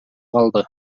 калды